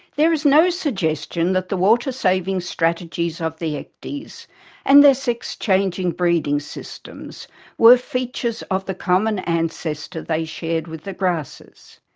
there is no suggestion that the water-saving strategies of the ecdies and their sex-changing breeding systems were features of the common ancestor they shared with the grasses.